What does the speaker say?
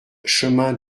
chemin